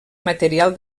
material